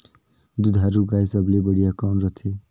दुधारू गाय सबले बढ़िया कौन रथे?